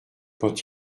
quand